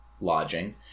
Lodging